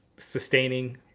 Sustaining